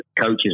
coaches